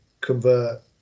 convert